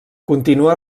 continua